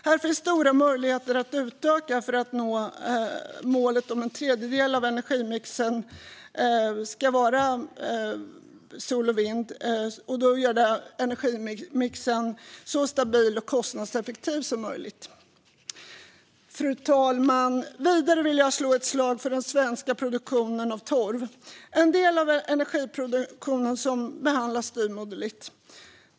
Här finns stora möjligheter att utöka för att nå målet om att en tredjedel av energimixen ska vara sol och vind för att göra energimixen så stabil och kostnadseffektiv som möjligt. Fru talman! Vidare vill jag slå ett slag för den svenska produktionen av torv. Det är en del av energiproduktionen som behandlas styvmoderligt.